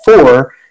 four